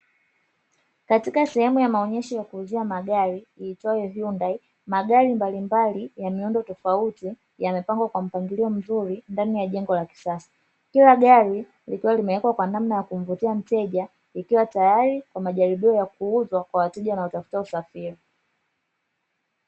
Katika sehemu ya maonyesho ya kuuzia magari, iitwayo "Hyundai", magari mbalimbali ya miundo tofauti yamepangwa kwa mpangilio mzuri, ndani ya jengo la kisasa. Kila gari likiwa limewekwa kwa namna ya kumvutia mteja, likiwa tayari kwa majaribio ya kuuzwa kwa wateja wanaotafuta usafiri.